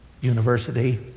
university